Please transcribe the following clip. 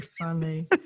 funny